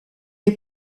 est